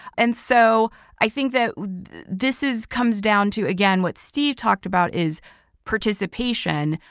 and so i think that this is, comes down to, again, what steve talked about, is participation.